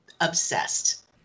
obsessed